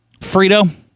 Frito